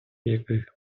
яких